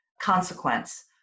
consequence